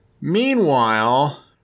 Meanwhile